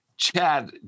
Chad